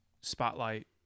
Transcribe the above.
spotlight